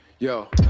Yo